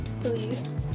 please